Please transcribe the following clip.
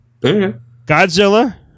Godzilla